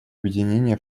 объединения